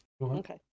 Okay